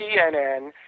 CNN